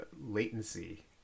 latency